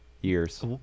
Years